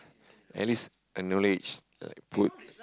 at least acknowledge like put